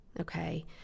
Okay